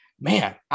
man